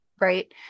right